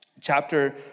chapter